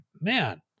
man